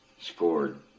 scored